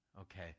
Okay